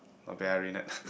not bad ah Reynerd